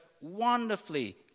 wonderfully